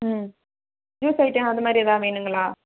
ம் juice item அதுமாதிரி ஏதாவது வேணுங்களா